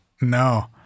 No